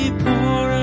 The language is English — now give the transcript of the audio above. pour